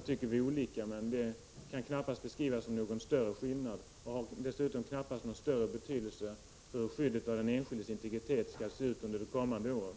tycker alltså olika på den punkten, men det kan knappast beskrivas som någon större åsiktsskillnad. Det har dessutom knappast någon större betydelse för hur skyddet för den enskildes integritet skall se ut under de kommande åren.